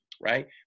right